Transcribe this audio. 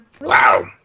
Wow